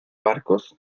barcos